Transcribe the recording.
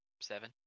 Seven